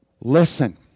listen